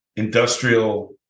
industrial